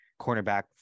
cornerback